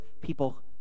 people